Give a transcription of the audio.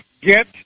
get